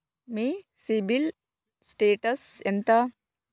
మీ CIBIL status ఎంత?